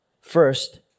First